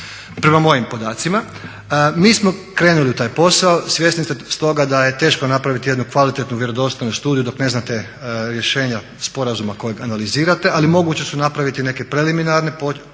Prema mojim podacima. Mi smo krenuli u taj posao, svjesni ste stoga da je teško napraviti jednu kvalitetnu vjerodostojnu studiju dok ne znate rješenja sporazuma kojeg analizirate, ali moguće su napraviti neke preliminarne polazeći